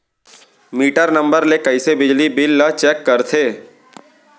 Metre number ले कइसे बिजली बिल ल चेक करथे?